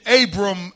Abram